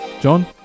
John